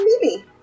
Mimi